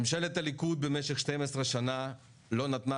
ממשלת הליכוד במשך 12 שנה לא נתנה